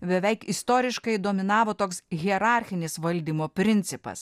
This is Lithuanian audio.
beveik istoriškai dominavo toks hierarchinis valdymo principas